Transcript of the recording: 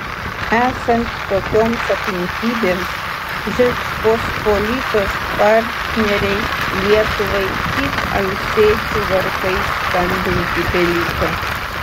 esant tokioms aplinkybėms žečpospolitos partnerei lietuvai tik alsėdžių varpais skambinti beliko